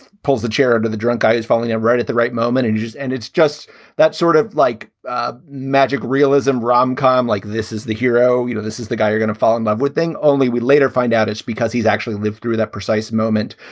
pulls the chair up to the drunk guy is falling out right at the right moment. and just and it's just that sort of like ah magic realism rom com, like this is the hero. you know, this is the guy you're gonna fall in love with. thing only. we later find out it's because he's actually lived through that precise moment,